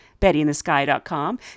BettyInTheSky.com